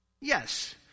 Yes